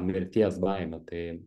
mirties baimė tai